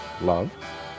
Love